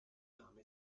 name